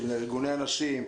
של ארגוני הנשים,